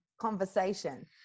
conversation